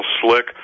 slick